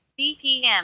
BPM